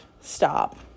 stop